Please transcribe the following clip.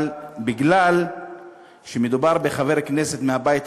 אבל בגלל שמדובר בחבר כנסת מהבית היהודי,